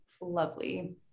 lovely